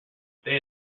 they